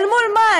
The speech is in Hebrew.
אל מול מה?